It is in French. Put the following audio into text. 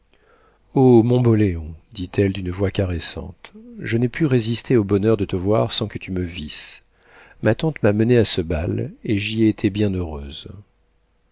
mon bon léon dit-elle d'une voix caressante je n'ai pu résister au bonheur de te voir sans que tu me visses ma tante m'a menée à ce bal et j'y ai été bien heureuse